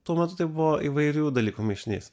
tuo metu tai buvo įvairių dalykų mišinys